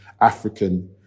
African